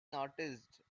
noticed